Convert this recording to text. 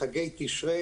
כמנכ"ל חברת תעופה,